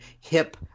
hip